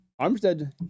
Armstead